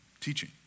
teaching